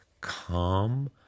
calm